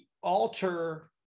alter